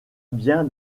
bien